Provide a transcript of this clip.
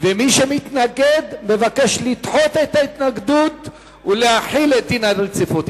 ומי שמתנגד מבקש לדחות את ההתנגדות ולהחיל את דין הרציפות.